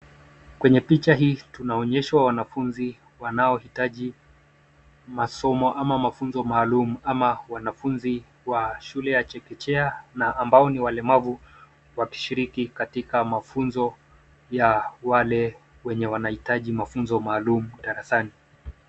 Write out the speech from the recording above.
Kwenye picha hii tunaonyeshwa wanafunzi wanaohitaji masomo ama mafunzo maalum ama wanafunzi wa shule ya chekechea na ambao ni walemavu wakishiriki katika mafunzo ya wale wenye wanaitaji mafunzo maalum darasani.